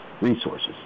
resources